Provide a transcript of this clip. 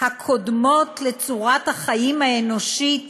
הקודמות לצורת החיים האנושית